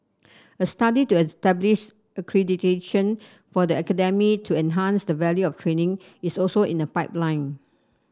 a study to establish accreditation for the academy to enhance the value of training is also in the pipeline